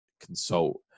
consult